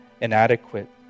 inadequate